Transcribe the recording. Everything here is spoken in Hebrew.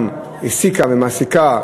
גם העסיקה ומעסיקה,